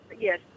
yes